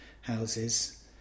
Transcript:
houses